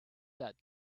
that